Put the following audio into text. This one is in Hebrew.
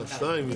שתיים יש.